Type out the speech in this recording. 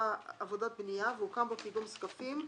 עבודות בנייה והוקם בו פיגום זקפים,